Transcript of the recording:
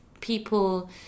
people